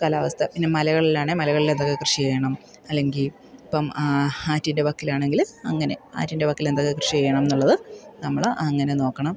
കാലാവസ്ഥ പിന്നെ മലകളിലാണേ മലകളിലെന്തൊക്കെ കൃഷി ചെയ്യണം അല്ലെങ്കിൽ ഇപ്പം ആ ആറ്റിൻ്റെ വക്കിലാണെങ്കിൽ അങ്ങനെ ആറ്റിൻ്റെ വക്കിലെന്തൊക്കെ കൃഷീ ചെയ്യണമെന്നുള്ളത് നമ്മൾ അങ്ങനെ നോക്കണം